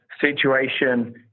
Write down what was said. situation